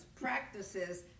practices